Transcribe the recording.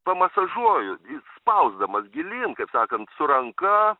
pamasažuoju spausdamas gilyn kaip sakant su ranka